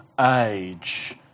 age